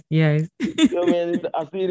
yes